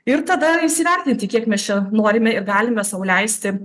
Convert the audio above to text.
ir tada įsivertinti kiek mes čia norime ir galime sau leisti